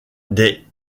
des